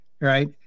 right